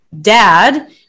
dad